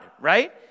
right